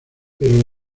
pero